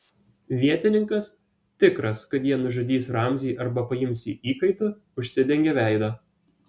vietininkas tikras kad jie nužudys ramzį arba paims jį įkaitu užsidengė veidą